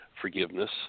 forgiveness